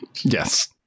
Yes